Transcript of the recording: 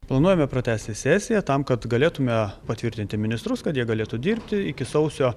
planuojame pratęsti sesiją tam kad galėtume patvirtinti ministrus kad jie galėtų dirbti iki sausio